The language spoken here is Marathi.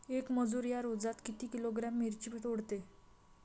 येक मजूर या रोजात किती किलोग्रॅम मिरची तोडते?